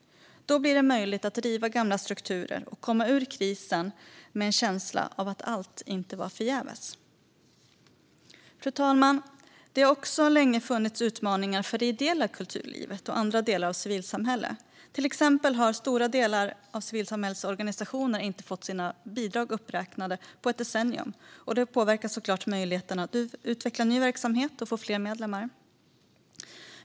Då blir det möjligt att riva gamla strukturer och komma ur krisen med en känsla av att allt inte var förgäves. Fru talman! Det har länge också funnits utmaningar för det ideella kulturlivet och andra delar av civilsamhället. Till exempel har stora delar av civilsamhällets organisationer inte fått sina bidrag uppräknade på ett decennium, och det påverkar såklart möjligheterna att utveckla ny verksamhet och få fler medlemmar.